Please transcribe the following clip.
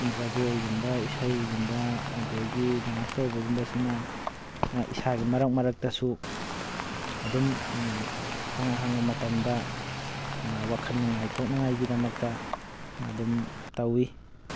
ꯖꯒꯣꯏꯒꯨꯝꯕ ꯏꯁꯩꯒꯨꯝꯕ ꯑꯗꯒꯤ ꯗꯥꯟꯁ ꯇꯧꯕꯒꯨꯝꯕꯁꯤꯅ ꯏꯁꯥꯒꯤ ꯃꯔꯛ ꯃꯔꯛꯇꯁꯨ ꯑꯗꯨꯝ ꯑꯍꯥꯡ ꯑꯍꯥꯡꯕ ꯃꯇꯝꯗ ꯋꯥꯈꯜ ꯅꯨꯡꯉꯥꯏꯊꯣꯛꯅꯉꯥꯏꯒꯤꯗꯃꯛꯇ ꯑꯗꯨꯝ ꯇꯧꯋꯤ